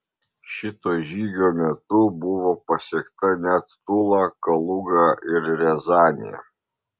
šito žygio metu buvo pasiekta net tula kaluga ir riazanė